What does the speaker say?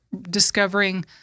discovering